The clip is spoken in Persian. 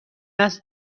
است